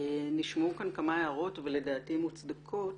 נשמעו כאן כמה הערות, ולדעתי הן מוצדקות,